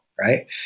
right